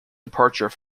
departure